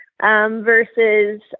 versus